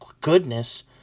goodness